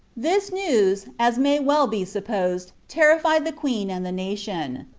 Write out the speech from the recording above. this news, as may well be supposed, terrified the queen and the nation.